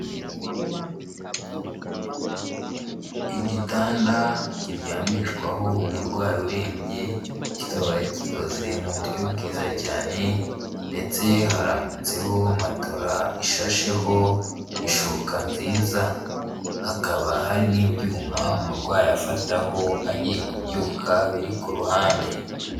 Igitanda kiryamishwaho umurwayi urembye, kikaba gikoze mu buryo bwiza cyane ndetse harambitseho matola ishasheho ishuka nziza, hakaba hari n'ibyuma umurwayi afataho agiye kubyuka biri ku ruhande.